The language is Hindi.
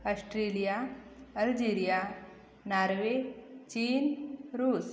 आश्ट्रेलिया अल्जीरिया नार्वे चीन रूस